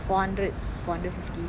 four hundred four hundred fifty